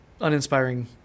uninspiring